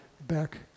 back